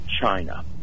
China